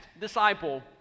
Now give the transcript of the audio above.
disciple